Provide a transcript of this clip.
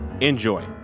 Enjoy